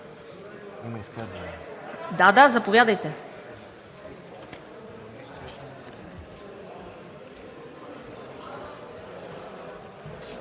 ли? Да, заповядайте.